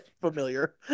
familiar